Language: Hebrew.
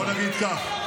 בוא נגיד כך.